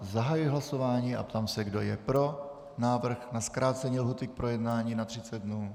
Zahajuji hlasování a ptám se, kdo je pro návrh na zkrácení lhůty k projednání na 30 dnů.